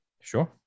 sure